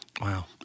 Wow